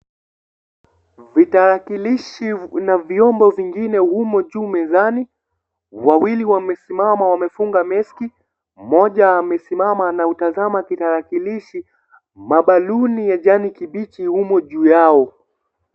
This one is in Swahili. Vitarakilishi na vyombo vingine vimo juu mezani. Wawili wamesimama wamefunga meski, mmoja amesimama anautazama kitarakilishi. Mabaluni ya jani kibichi umo juu yao.